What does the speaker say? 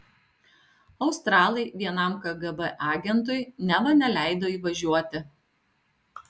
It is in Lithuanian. australai vienam kgb agentui neva neleido įvažiuoti